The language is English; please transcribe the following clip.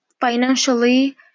financially